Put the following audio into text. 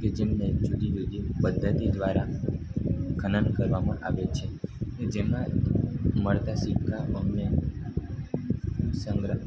કે જેમને જુદી જુદી પદ્ધતિ દ્વારા ખનન કરવામાં આવે છે કે જેમાં મળતા સિક્કાઓ અમને સંગ્રહ